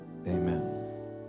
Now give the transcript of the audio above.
amen